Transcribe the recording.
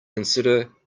consider